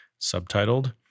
subtitled